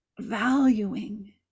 valuing